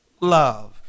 love